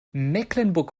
mecklenburg